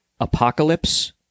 apocalypse